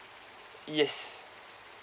yes